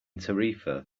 tarifa